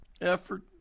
Effort